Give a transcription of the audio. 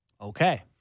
Okay